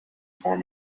form